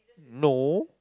no